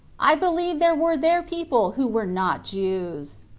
i believe there were there people who were not jews.